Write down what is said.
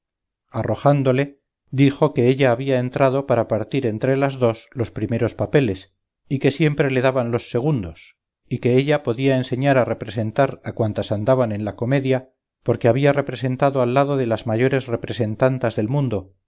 arrojándole dijo que ella había entrado para partir entre las dos los primeros papeles y que siempre le daban los segundos y que ella podía enseñar a representar a cuantas andaban en la comedia porque había representado al lado de las mayores representantas del mundo